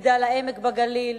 מגדל-העמק בגליל,